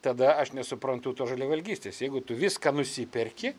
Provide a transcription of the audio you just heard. tada aš nesuprantu tos žaliavalgystės jeigu tu viską nusiperki